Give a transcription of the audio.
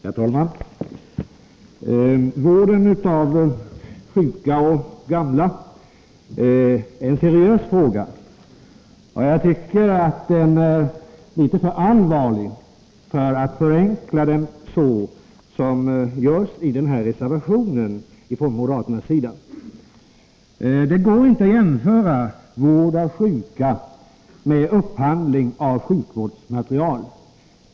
Herr talman! Vården av sjuka och gamla är en seriös fråga. Jag tycker att den är litet för allvarlig för att förenklas så som görs i moderaternas reservation. Det går inte att jämföra vård av sjuka med upphandling av sjukvårdsmateriel.